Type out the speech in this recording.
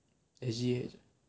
S_G_H